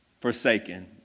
forsaken